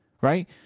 Right